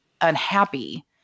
unhappy